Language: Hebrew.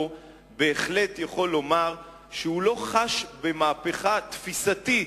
בהחלט יכול לומר שהוא לא חש במהפכה תפיסתית,